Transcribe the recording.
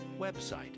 website